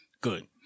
good